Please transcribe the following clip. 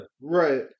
Right